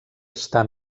està